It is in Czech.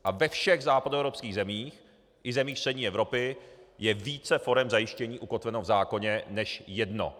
A ve všech západoevropských zemích i zemích střední Evropy je více forem zajištění ukotveno v zákoně než jedno.